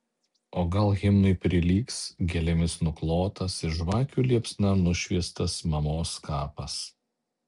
o gal himnui prilygs gėlėmis nuklotas ir žvakių liepsna nušviestas mamos kapas